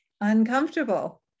uncomfortable